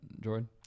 Jordan